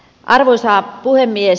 arvoisa puhemies